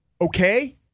okay